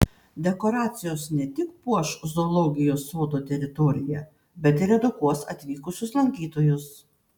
dekoracijos ne tik puoš zoologijos sodo teritoriją bet ir edukuos atvykusius lankytojus